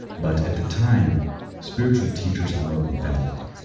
but, at the time spiritual teachers are not infallible.